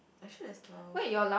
I should has twelve